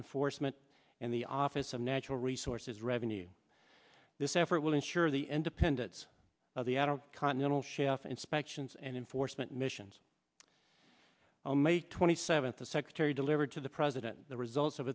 inforce mit and the office of natural resources revenue this effort will ensure the independence of the add on continental shelf inspections and enforcement missions on may twenty seventh the secretary delivered to the president the results of